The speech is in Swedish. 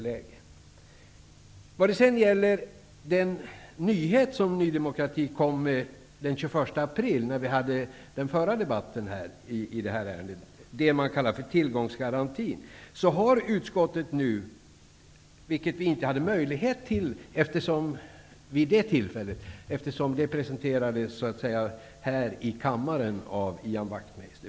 När det gäller den nyhet som Ny demokrati förde fram den 21 april, när vi hade den förra debatten i detta ärende, det som kallas tillgångsgarantin, har utskottet nu verkligen försökt att få all expertis som finns på detta område i Sverige att yttra sig över tillgångsgarantin.